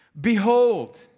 Behold